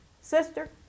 sister